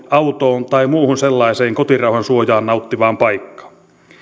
autoon tai muuhun sellaiseen kotirauhan suojaa nauttivaan paikkaan